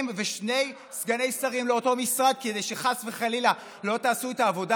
ושני סגני שרים לאותו משרד כדי שחס וחלילה לא תעשו את העבודה